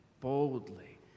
boldly